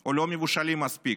או לא מבושלים מספיק,